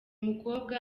mukobwa